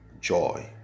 joy